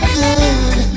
good